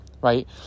right